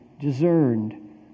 discerned